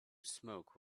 smoke